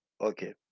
okay